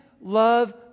love